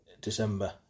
December